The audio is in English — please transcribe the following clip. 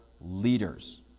leaders